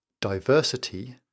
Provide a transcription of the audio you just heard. diversity